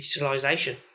digitalisation